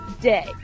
day